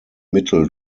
mittel